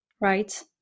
right